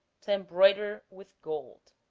to embroider with gold.